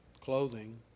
clothing